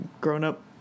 grown-up